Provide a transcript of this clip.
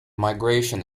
migration